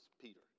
Peter